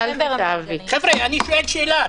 חבר'ה, אני שואל שאלה.